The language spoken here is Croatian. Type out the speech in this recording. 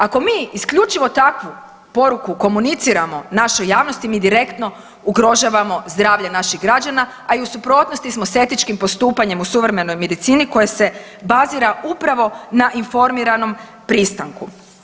Ako mi isključivo takvu poruku komuniciramo našoj javnosti mi direktno ugrožavamo zdravlje naših građana, a i u suprotnosti smo sa etičkim postupanjem u suvremenoj medicini koja se bazira upravo na informiranom pristanku.